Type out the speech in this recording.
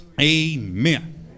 Amen